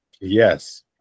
Yes